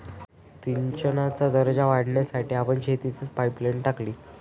सिंचनाचा दर्जा वाढवण्यासाठी आपण शेतातच पाइपलाइन टाकली